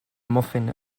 muffin